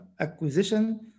acquisition